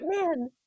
Man